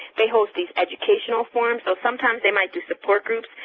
they host these educational forums, so sometimes they might do support groups.